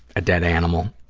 a dead animal,